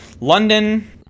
London